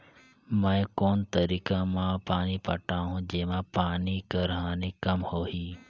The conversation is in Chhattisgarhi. मैं कोन तरीका म पानी पटाहूं जेमा पानी कर हानि कम होही?